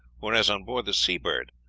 whereas on board the seabird,